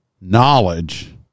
knowledge